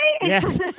Yes